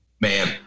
man